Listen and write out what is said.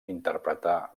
interpretar